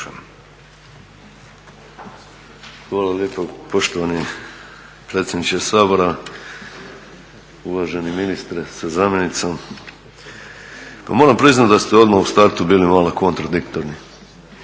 Hvala lijepo poštovani predsjedniče Sabora. Uvaženi ministre sa zamjenicom. Pa moram priznati da ste odmah u startu bili malo kontradiktorni.